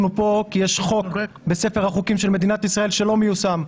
אנחנו פה כי יש חוק בספר החוקים של מדינת ישראל שלא מיושם.